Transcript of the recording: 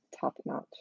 top-notch